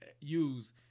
use